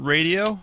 Radio